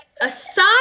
aside